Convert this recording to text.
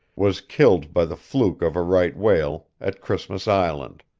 was killed by the fluke of a right whale, at christmas island.